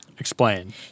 Explain